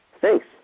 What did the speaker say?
Thanks